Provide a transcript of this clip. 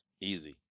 Easy